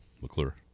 McClure